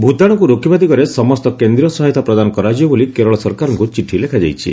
ଭୂତାଣୁକୁ ରୋକିବା ଦିଗରେ ସମସ୍ତ କେନ୍ଦ୍ରୀୟ ସହାୟତା ପ୍ରଦାନ କରାଯିବ ବୋଲି କେରଳ ସରକାରଙ୍କୁ ଚିଠି ଲେଖାଯାଇଛି